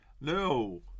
No